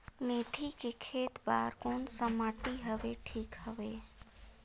मेथी के खेती बार कोन सा माटी हवे ठीक हवे?